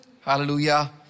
Hallelujah